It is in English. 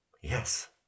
Yes